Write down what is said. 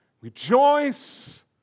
rejoice